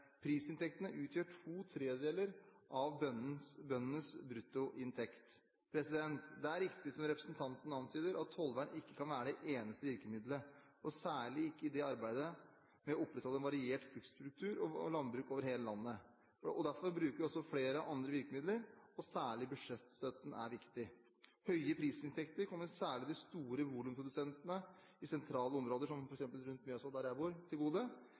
Prisinntektene utgjør to tredeler av bøndenes bruttoinntekt. Det er riktig, som representanten antyder, at tollvern ikke kan være det eneste virkemidlet, og særlig ikke i arbeidet med å opprettholde en variert bruksstruktur og landbruk over hele landet. Derfor bruker vi også flere andre virkemidler, særlig budsjettstøtten er viktig. Høye prisinntekter kommer særlig de store volumprodusentene i sentrale områder, som f.eks. rundt Mjøsa der jeg bor, til gode.